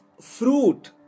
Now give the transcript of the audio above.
fruit